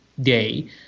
day